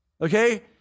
Okay